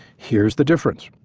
here's the difference.